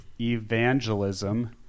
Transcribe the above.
Evangelism